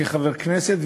כחבר כנסת,